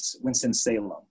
Winston-Salem